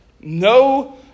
no